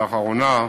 לאחרונה.